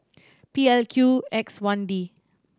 P L Q X one D